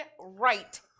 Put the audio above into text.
right